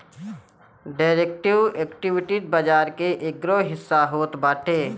derivative, equity बाजार के एगो हिस्सा होत बाटे